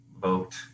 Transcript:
vote